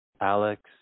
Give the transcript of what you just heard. Alex